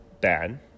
bad